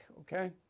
Okay